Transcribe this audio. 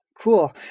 Cool